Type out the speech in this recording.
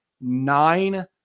nine